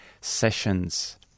sessions